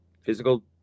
physical